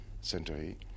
century